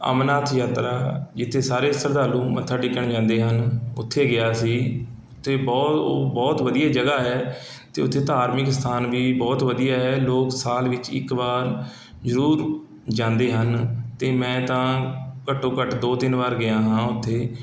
ਅਮਰਨਾਥ ਯਾਤਰਾ ਜਿੱਥੇ ਸਾਰੇ ਸ਼ਰਧਾਲੂ ਮੱਥਾ ਟੇਕਣ ਜਾਂਦੇ ਹਨ ਉੱਥੇ ਗਿਆ ਸੀ ਅਤੇ ਬਹੁਤ ਬਹੁਤ ਵਧੀਆ ਜਗ੍ਹਾ ਹੈ ਅਤੇ ਉੱਥੇ ਧਾਰਮਿਕ ਅਸਥਾਨ ਵੀ ਬਹੁਤ ਵਧੀਆ ਹੈ ਲੋਕ ਸਾਲ ਵਿੱਚ ਇੱਕ ਵਾਰ ਜ਼ਰੂਰ ਜਾਂਦੇ ਹਨ ਅਤੇ ਮੈਂ ਤਾਂ ਘੱਟੋ ਘੱਟ ਦੋ ਤਿੰਨ ਵਾਰ ਗਿਆ ਹਾਂ ਉੱਥੇ